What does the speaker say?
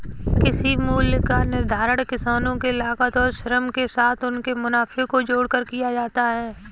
कृषि मूल्य का निर्धारण किसानों के लागत और श्रम के साथ उनके मुनाफे को जोड़कर किया जाता है